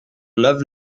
lave